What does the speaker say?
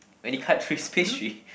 when he cut through his pastry